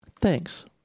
Thanks